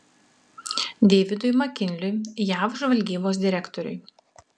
deividui makinliui jav žvalgybos direktoriui